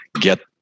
get